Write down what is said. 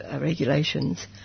regulations